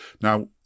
Now